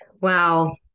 Wow